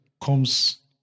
comes